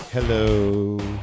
Hello